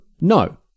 no